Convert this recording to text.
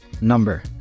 number